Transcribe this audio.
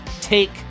take